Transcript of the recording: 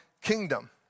kingdom